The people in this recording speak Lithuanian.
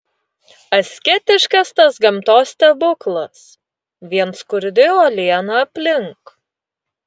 asketiškas tas gamtos stebuklas vien skurdi uoliena aplink